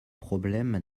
problème